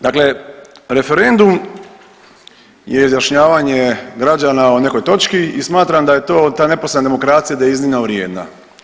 Dakle, referendum je izjašnjavanje građana o nekoj točki i smatram da je to, ta neposredna demokracija da je iznimno vrijedna.